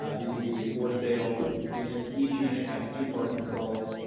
these will be for sale units. each unit has two parking stalls.